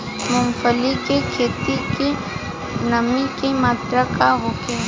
मूँगफली के खेत में नमी के मात्रा का होखे?